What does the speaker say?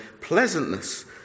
pleasantness